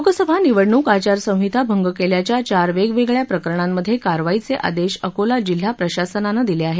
लोकसभा निवडणूक आचारसंहिता भंग केल्याच्या चार वेगवेगळ्या प्रकरणांमध्ये कारवाईचे आदेश अकोला जिल्हा प्रशासनानं दिले आहेत